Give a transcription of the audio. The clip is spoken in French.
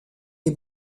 est